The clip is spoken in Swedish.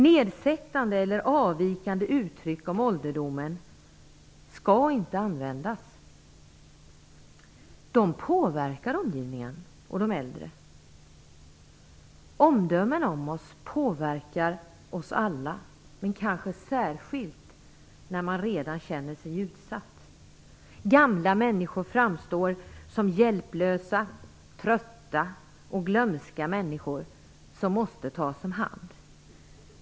Nedsättande eller avvikande uttryck om ålderdomen skall inte användas. De påverkar omgivningen och de äldre. Omdömena om oss påverkar oss alla, men kanske särskilt den som redan känner sig utsatt. Gamla människor framstår som hjälplösa, trötta och glömska, människor som måste tas om hand.